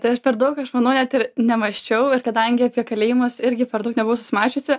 tai aš per daug aš manau net ir nemąsčiau ir kadangi apie kalėjimus irgi per daug nebuvau susimasčiusi